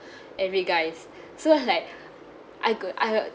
every guys so like I got I'll